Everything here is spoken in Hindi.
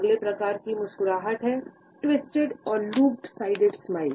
अगले प्रकार की मुस्कुराहट है ट्विस्टेड और लोप साइडेड स्माइल